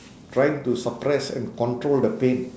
trying to suppress and control the pain